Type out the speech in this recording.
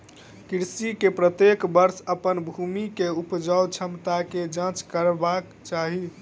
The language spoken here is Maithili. कृषक के प्रत्येक वर्ष अपन भूमि के उपजाऊ क्षमता के जांच करेबाक चाही